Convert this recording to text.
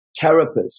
carapace